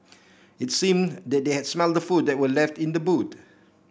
it seemed that they had smelt the food that were left in the boot